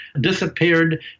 disappeared